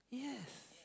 yes